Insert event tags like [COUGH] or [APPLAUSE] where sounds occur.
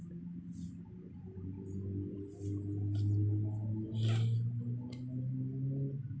[BREATH]